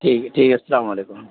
ٹھیک ہے ٹھیک ہے السلام علیکم